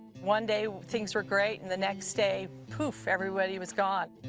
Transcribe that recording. one day things were great, and the next day poof, everybody was gone.